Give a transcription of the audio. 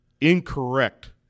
incorrect